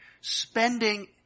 spending